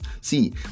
see